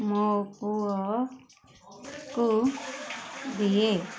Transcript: ମୋ ପୁଅକୁ ଦିଏ